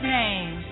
name